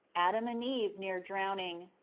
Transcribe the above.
adam and eve near drowning.